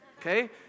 Okay